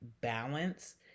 balance